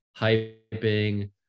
hyping